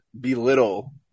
belittle